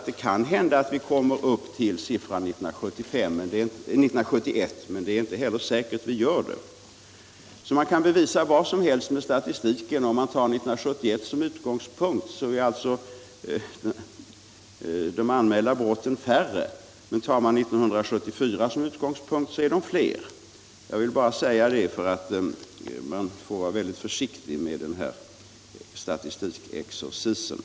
Det kan hända att vi kommer upp till 1971 års siffra, men det är inte säkert att vi gör det. Man kan alltså bevisa vad som helst med statistiken. Om man tar 1971 som utgångspunkt är de anmälda brotten färre, men tar man 1974 som utgångspunkt är de fler. Jag vill bara säga detta, för man får vara väldigt försiktig med den här statistikexercisen.